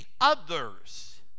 others